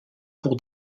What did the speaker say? pour